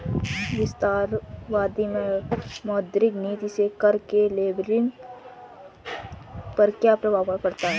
विस्तारवादी मौद्रिक नीति से कर के लेबलिंग पर क्या प्रभाव पड़ता है?